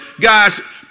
guys